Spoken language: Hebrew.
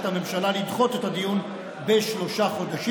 הממשלה לדחות את הדיון בשלושה חודשים,